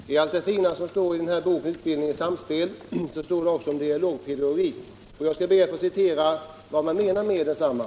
Herr talman! Bland allt det fina som står i det här betänkandet, Utbildning i samspel, står det också en del om dialogpedagogik. Jag skall be att få citera vad man menar med densamma.